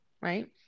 right